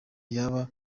yaba